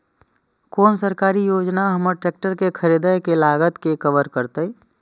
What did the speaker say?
कोन सरकारी योजना हमर ट्रेकटर के खरीदय के लागत के कवर करतय?